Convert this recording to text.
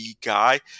guy